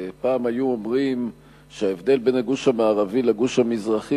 פעם היו אומרים שההבדל בין הגוש המערבי לגוש המזרחי